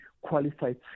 qualified